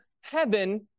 heaven